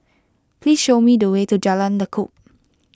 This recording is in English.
please show me the way to Jalan Lekub